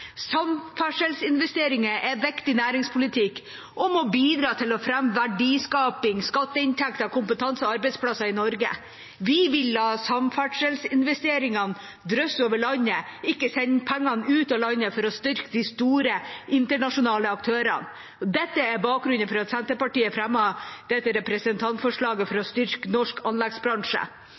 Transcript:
Samferdselsinvesteringer er viktig næringspolitikk og må bidra til å fremme verdiskaping, skatteinntekter, kompetanse og arbeidsplasser i Norge. Vi vil la samferdselsinvesteringene drysse over landet, ikke sende pengene ut av landet for å styrke de store internasjonale aktørene. Dette er bakgrunnen for at Senterpartiet fremmer dette representantforslaget om å styrke norsk anleggsbransje.